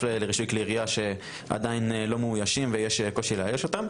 לרישוי כלי ירייה שעדיין לא מאוישים ויש קושי לאייש אותם,